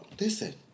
Listen